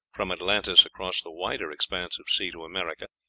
from atlantis across the wider expanse of sea to america,